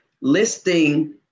listing